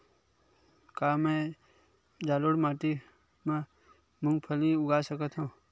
का मैं जलोढ़ माटी म मूंगफली उगा सकत हंव?